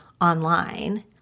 online –